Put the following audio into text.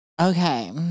okay